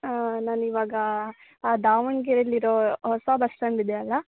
ಹಾಂ ನಾನಿವಾಗ ದಾವಣಗೆರೆಯಲ್ಲಿರೋ ಹೊಸ ಬಸ್ ಸ್ಟ್ಯಾಂಡ್ ಇದೆಯಲ್ಲ